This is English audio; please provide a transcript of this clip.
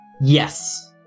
Yes